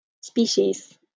species